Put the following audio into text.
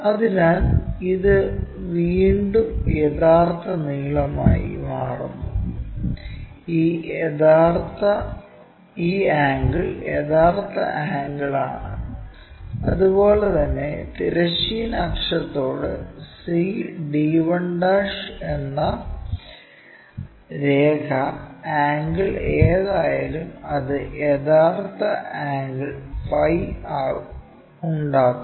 അതിനാൽ ഇത് വീണ്ടും യഥാർത്ഥ നീളമായി മാറുന്നു ഈ ആംഗിൾ യഥാർഥ ആംഗിൾ ആണ് അതുപോലെ തന്നെ തിരശ്ചീന അക്ഷത്തോടു c d 1 എന്ന രേഖ ആംഗിൾ ഏതായാലും അത് യഥാർത്ഥ ആംഗിൾ ഫൈ ഉണ്ടാക്കുന്നു